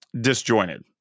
disjointed